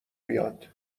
میاد